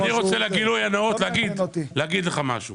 אני רוצה להגיד לך משהו